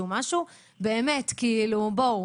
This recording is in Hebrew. בואו